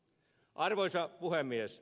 arvoisa puhemies